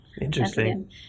Interesting